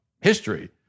history